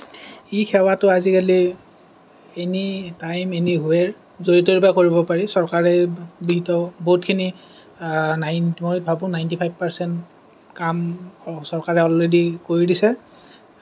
ই সেৱাটো আজিকালি anytime anywhere য'ৰে ত'ৰে পৰা কৰিব পাৰি চৰকাৰে বিহিত বহুতখিনি মই ভাৱো নাইন্টি ফাইভ পাৰ্চেন্ট কাম চৰকাৰে অলৰেদি কৰি দিছে